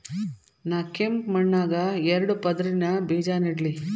ನಾ ಕೆಂಪ್ ಮಣ್ಣಾಗ ಎರಡು ಪದರಿನ ಬೇಜಾ ನೆಡ್ಲಿ?